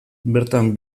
bertan